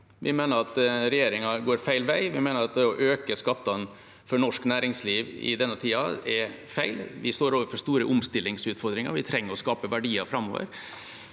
Vi mener at regjeringa går feil vei. Vi mener at å øke skattene for norsk næringsliv i denne tida er feil. Vi står overfor store omstillingsutfordringer. Vi trenger å skape verdier framover.